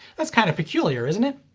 that's kinda peculiar, isn't it?